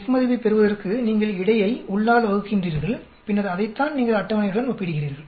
F மதிப்பைப் பெறுவதற்கு நீங்கள் இடை யை உள்ளால் வகுக்கின்றீர்கள் பின்னர் அதைத்தான் நீங்கள் அட்டவணையுடன் ஒப்பிடுகிறீர்கள்